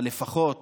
את